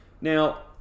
Now